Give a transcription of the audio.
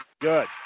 good